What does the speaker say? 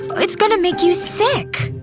it's gonna make you sick